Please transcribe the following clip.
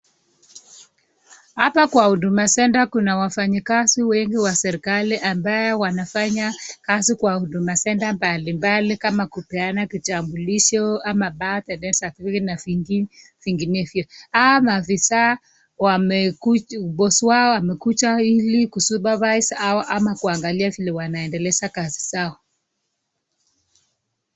Hapa kwa huduma center kuna wafanyikazi wengi wa serikali ambaye wanafanya kazi kwa huduma center mbali mbali kama kupeana kitambulisho ama birth na death certificate na zingine nyinyi zinginevyo. Hawa maafisa. boss wao amekuja ili ku supervise ama kuangalia vile wanaendeleza kazi zao.